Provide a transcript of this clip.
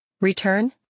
Return